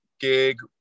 gig